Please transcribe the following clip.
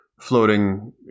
floating